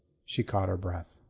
she caught her breath.